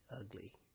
ugly